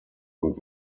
und